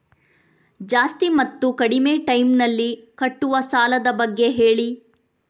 ಜಾಸ್ತಿ ಮತ್ತು ಕಡಿಮೆ ಟೈಮ್ ನಲ್ಲಿ ಕಟ್ಟುವ ಸಾಲದ ಬಗ್ಗೆ ಹೇಳಿ